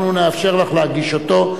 אנחנו נאפשר לך להגיש אותה.